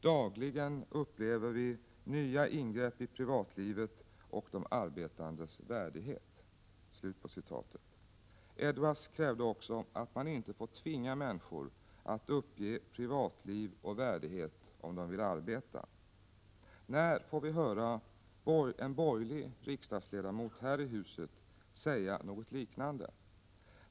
Dagligen upplever vi nya ingrepp i privatlivet och de arbetandes värdighet.” Edwards krävde också att man inte får tvinga människor att uppge privatliv och värdighet om de vill arbeta. När får vi höra en borgerlig riksdagsledamot här i huset säga något liknande?